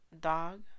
dog